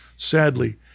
Sadly